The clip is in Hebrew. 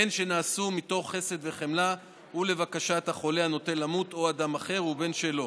בין שנעשו מתוך חסד וחמלה ולבקשת החולה הנוטה למות או אדם אחר ובין שלא.